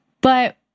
But-